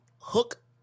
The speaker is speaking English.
Hook